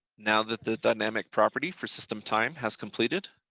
now that the dynamic property for system time has completed,